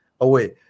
away